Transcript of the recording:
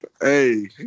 Hey